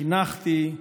חינכתי,